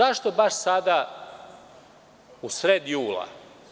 Zašto baš sada u sred jula?